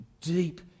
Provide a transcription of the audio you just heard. deep